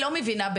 שם?